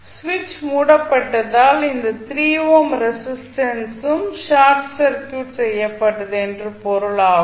சுவிட்ச் மூடப்பட்டதால் இந்த 3 ஓம் ரெசிஸ்டன்ஸும் ஷார்ட் சர்க்யூட் செய்யப்பட்டது என்று பொருள் ஆகும்